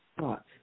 thoughts